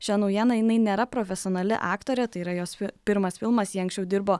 šia naujiena jinai nėra profesionali aktorė tai yra jos pirmas filmas ji anksčiau dirbo